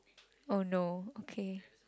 oh no okay